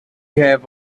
have